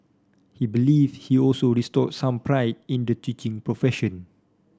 he believe he also restored some pride in the teaching profession